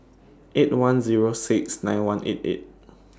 eight one Zero six nine one eight eight